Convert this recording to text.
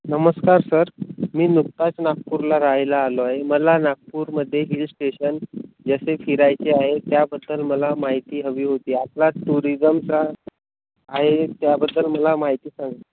नमस्कार सर मी नुकताच नागपूरला राहायला आलो आहे मला नागपूरमध्ये हिल स्टेशन जसे फिरायचे आहे त्याबद्दल मला माहिती हवी होती आपला टुरिजमचा आहे त्याबद्दल मला माहिती सांग